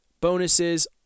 bonuses